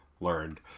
learned